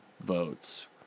votes